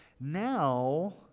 Now